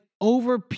over